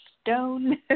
stone